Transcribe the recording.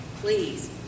Please